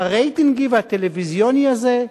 הרייטינגי והטלוויזיוני הזה?